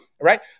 right